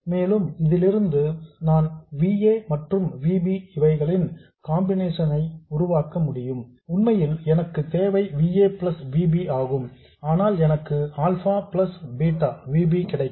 மேலும் இதிலிருந்து நான் V a மற்றும் V b இவைகளின் காம்பினேஷன் ஐ உருவாக்க முடியும் உண்மையில் எனக்கு தேவை V a plus V b ஆகும் ஆனால் எனக்கு alpha V a plus beta V b கிடைக்கும்